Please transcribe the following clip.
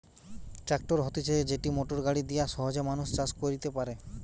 tractor হতিছে যেটি motor গাড়ি দিয়া সহজে মানুষ চাষ কইরতে পারে